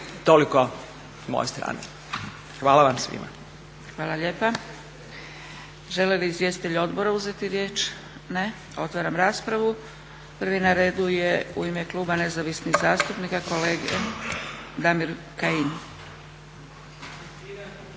Toliko s moje strane. Hvala vam svima. **Zgrebec, Dragica (SDP)** Hvala lijepa. Žele li izvjestitelji odbora uzeti riječ? Ne. Otvaram raspravu. Prvi na redu je u ime Kluba nezavisnih zastupnika kolege Damir Kajin.